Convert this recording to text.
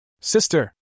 Sister